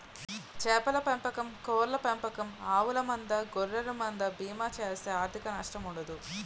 చేపల పెంపకం కోళ్ళ పెంపకం ఆవుల మంద గొర్రెల మంద లకు బీమా చేస్తే ఆర్ధిక నష్టం ఉండదు